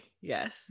Yes